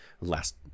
last